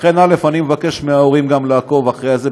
לכן אני גם מבקש מההורים לעקוב אחרי זה,